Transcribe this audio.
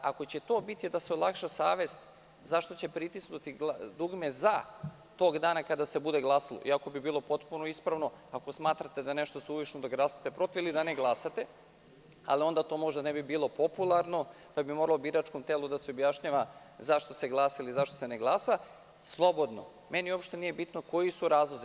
Ako će to biti da se olakša savest zašto će pritisnuti dugme za tog dana kada se bude glasalo, iako bi bilo potpuno ispravno, ako smatrate da je nešto suvišno, da glasate protiv ili da ne glasate, ali onda to možda ne bi bilo popularno, pa bi moralo biračkom telu da se objašnjava zašto se glasa ili zašto se ne glasa, slobodno, meni uopšte nije bitno koji su razlozi.